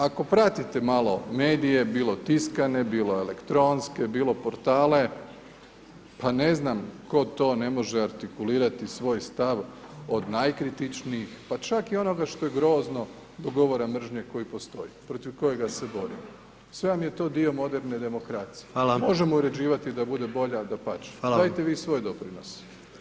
Ako pratite malo medije, bilo tiskane, bilo elektronske, bilo portale, pa ne znam tko to ne može artikulirati svoj stav od najkritičnijih, pa čak i onoga što je grozno do govora mržnje koji postoji, protiv kojega se borimo, sve vam je to dio moderne demokracije [[Upadica: Hvala]] , možemo je uređivati da bude bolja, dapače, gledajte vi svoje doprinose.